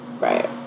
Right